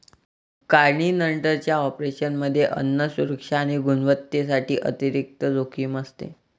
काढणीनंतरच्या ऑपरेशनमध्ये अन्न सुरक्षा आणि गुणवत्तेसाठी अतिरिक्त जोखीम असते